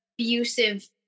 abusive